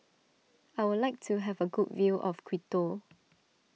I would like to have a good view of Quito